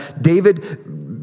David